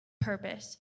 purpose